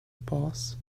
boss